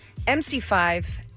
MC5